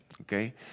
Okay